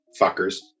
fuckers